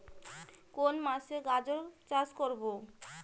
কোন মাসে গাজর চাষ করব?